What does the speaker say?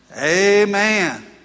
Amen